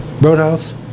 Roadhouse